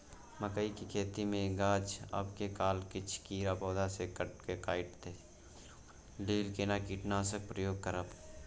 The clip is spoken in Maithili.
मकई के खेती मे गाछ आबै काल किछ कीरा पौधा स के काइट दैत अछि ओकरा लेल केना कीटनासक प्रयोग करब?